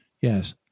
Yes